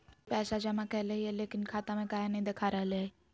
पैसा जमा कैले हिअई, लेकिन खाता में काहे नई देखा रहले हई?